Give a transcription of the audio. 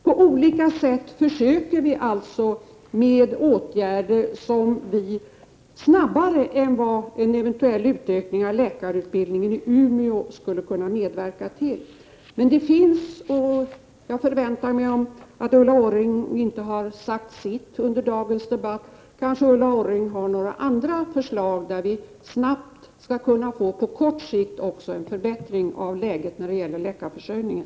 På olika sätt försöker vi alltså vidta sådana åtgärder som snabbare än en eventuell utökning av läkarutbildningen i Umeå skulle kunna medverka till en förbättring. Jag förmodar att Ulla Orring ännu inte har sagt sitt i dagens debatt. Kanske Ulla Orring har några förslag som innebär att vi snabbt och åtminstone på sikt kan få en förbättring av läget när det gäller läkarförsörjningen.